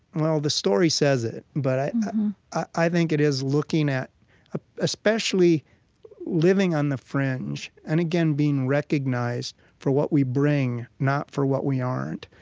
well, the story says it, but i i think it is looking at ah especially living on the fringe, and, again, being recognized for what we bring, not for what we aren't.